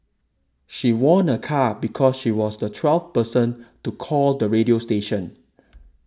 she won a car because she was the twelfth person to call the radio station